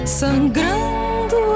sangrando